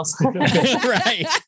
Right